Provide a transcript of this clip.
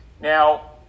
Now